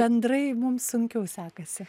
bendrai mums sunkiau sekasi